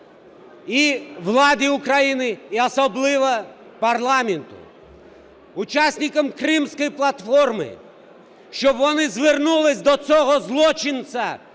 і владі України і особливо парламенту, учасникам Кримської платформи. Щоб вони звернулися до цього злочинця